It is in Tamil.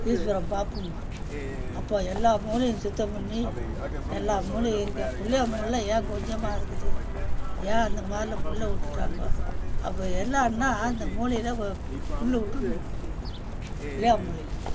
ஈஸ்வரன் பாப்பம்மாம் அப்போ எல்லா மூலையும் சுத்தம் பண்ணி எல்லாம் மூலையும் இருக்கற பிள்ளையாம் மூலையில் ஏன் கொஞ்சமாக இருக்குது ஏன் அந்தமாதிர்லாம் புல்லை விட்டுடானுவ அப்போ என்னென்னா அந்த மூலையில் ஒரு புல்லு விட்டுடுணும் பிள்ளையாம் மூலையில்